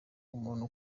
umuntu